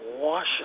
Wash